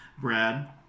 Brad